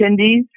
attendees